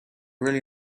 really